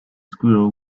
squirrel